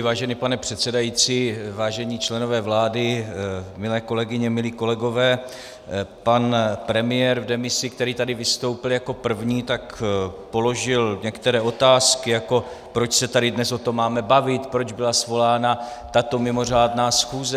Vážený pane předsedající, vážení členové vlády, milé kolegyně, milí kolegové, pan premiér v demisi, který tady vystoupil jako první, položil některé otázky, jako proč se tady o tom dnes máme bavit, proč byla svolána tato mimořádná schůze.